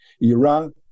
Iran